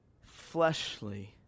fleshly